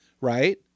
right